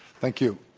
thank you.